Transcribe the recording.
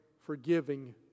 forgiving